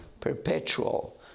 perpetual